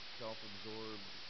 self-absorbed